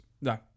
No